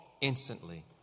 instantly